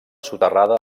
soterrada